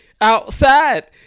outside